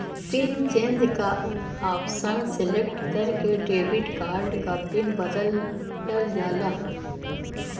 pin change क option select करके debit card क पिन बदलल जाला